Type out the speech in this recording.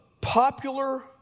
popular